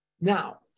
Now